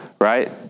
right